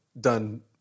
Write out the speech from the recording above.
done